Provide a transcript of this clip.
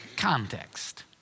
context